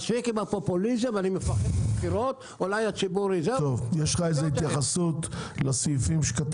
יש לך איזו התייחסות לסעיפים?